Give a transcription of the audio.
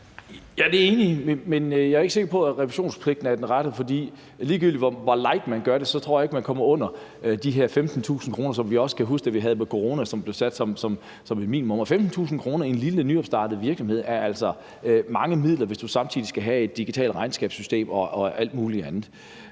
jeg er ikke sikker på, at revisionspligten er den rette. For ligegyldigt hvor light man gør det, tror jeg ikke man kommer under de her 15.000 kr., som vi også kan huske blev sat som et minimum under coronaperioden. 15.000 kr. i en lille, nyopstartet virksomhed er altså mange midler, hvis du samtidig skal have et digitalt regnskabssystem og alt muligt andet.